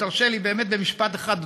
תרשה לי באמת במשפט אחד,